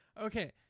Okay